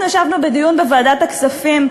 אנחנו ישבנו בדיון בוועדת הכספים,